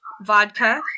Vodka